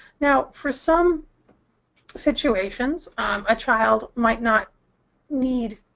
now, for some situations a child might not need